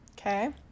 Okay